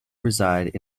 reside